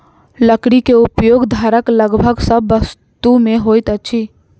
लकड़ी के उपयोग घरक लगभग सभ वस्तु में होइत अछि